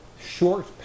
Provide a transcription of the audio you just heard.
short